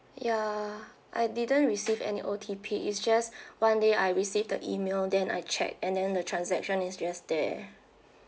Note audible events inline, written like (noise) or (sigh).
ya I didn't receive any O_T_P is just (breath) one day I received the email then I checked and then the transaction is just there